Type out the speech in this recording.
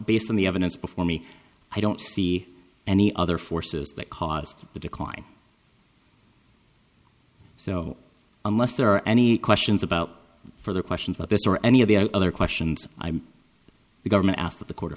based on the evidence before me i don't see any other forces that caused the decline so unless there are any questions about for the questions about this or any of the other questions the government asked the